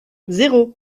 zéro